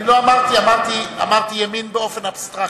לא אמרתי, אמרתי ימין באופן אבסטרקטי.